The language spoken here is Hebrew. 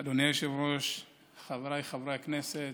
אדוני היושב-ראש, חבריי חברי הכנסת,